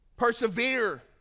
Persevere